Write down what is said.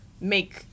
make